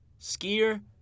skier